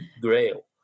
grail